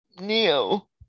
Neo